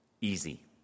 easy